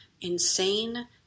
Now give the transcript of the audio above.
insane